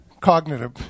cognitive